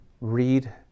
read